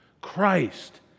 Christ